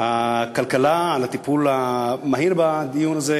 הכלכלה על הטיפול המהיר בדיון הזה,